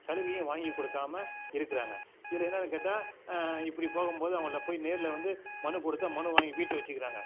சலுகையும் வாங்கிக் கொடுக்காம இருக்கிறாங்க இதில் என்னென்னு கேட்டால் இப்படி போகும்போது அவங்களை போய் நேரில் வந்து மனு கொடுத்தா மனுவை வாங்கி வீட்டில் வெச்சுக்குறாங்க